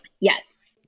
yes